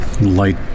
light